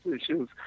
issues